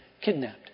kidnapped